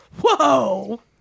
whoa